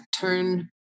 turn